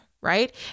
Right